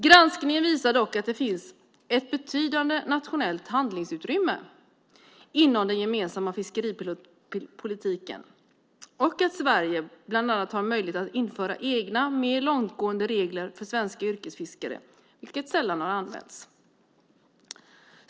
Granskningen visar dock att det finns ett betydande nationellt handlingsutrymme inom den gemensamma fiskeripolitiken och att Sverige bland annat har möjlighet att införa mer långtgående regler för svenska yrkesfiskare, vilket sällan har använts.